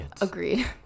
Agreed